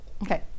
Okay